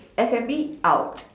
F and B out